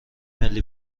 ملی